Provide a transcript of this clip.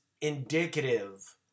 indicative